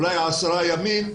אולי עוד עשרה ימים,